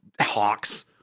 hawks